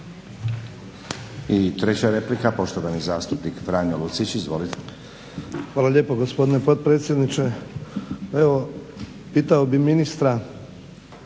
I treća replika poštovani zastupnik Franjo Lucić. Izvolite. **Lucić, Franjo (HDZ)** Hvala lijepa gospodine potpredsjedniče. Pa evo, pitao bih ministra,